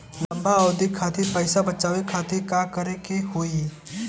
लंबा अवधि खातिर पैसा बचावे खातिर का करे के होयी?